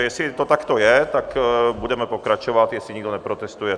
Jestli to takto je, tak budeme pokračovat, jestli nikdo neprotestuje.